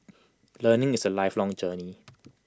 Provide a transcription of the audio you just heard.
learning is A lifelong journey